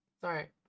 Sorry